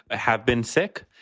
have been sick,